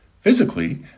Physically